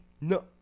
No